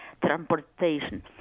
transportation